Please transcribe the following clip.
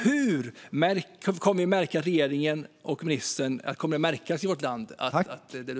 Hur kommer det ministern sa att märkas i vårt land?